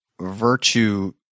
virtue